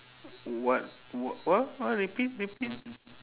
what w~ what what repeat repeat